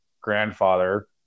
grandfather